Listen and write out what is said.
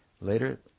Later